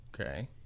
Okay